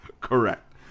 correct